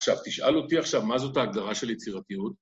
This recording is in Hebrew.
עכשיו, תשאל אותי עכשיו, מה זאת ההגדרה של יצירתיות?